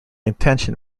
intention